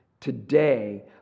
Today